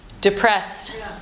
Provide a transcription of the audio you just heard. Depressed